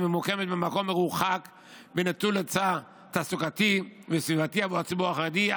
והיא ממוקמת במקום מרוחק ונטול היצע תעסוקתי וסביבתי עבור הציבור החרדי.